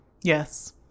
Yes